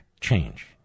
change